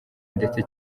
ndetse